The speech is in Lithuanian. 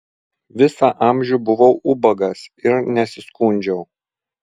visą amžių buvau ubagas ir nesiskundžiau